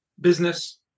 business